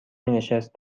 مینشست